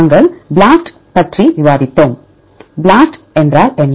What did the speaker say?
நாங்கள் BLAST பற்றி விவாதித்தோம் BLAST என்றால் என்ன